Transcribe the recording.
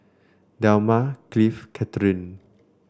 Delmar Cliff Cathryn